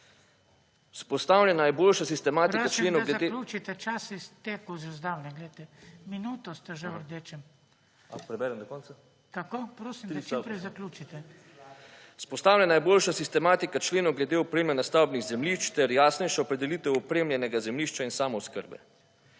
Vzpostavljena je boljša sistematika členov glede opreme stavbnih zemljišč ter jasnejša opredelitev opremljenega zemljišča in samooskrbe.